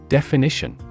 Definition